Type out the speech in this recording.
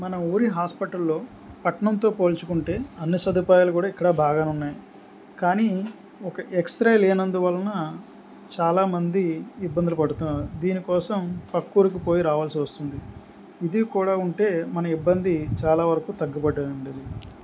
మన ఊరి హాస్పిటల్లో పట్టణంతో పోల్చుకుంటే అన్ని సదుపాయాలు కూడా ఇక్కడ బాగానే ఉన్నాయి కానీ ఒక్క ఎక్స్రే లేనందువలన చాలామంది ఇబ్బందులు పడుతున్నారు దీనికోసం పక్కూరికి పోయి రావాల్సి వస్తుంది ఇది కూడా ఉంటే మన ఇబ్బంది చాలా వరకు తగ్గుతుంది